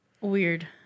Weird